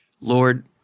Lord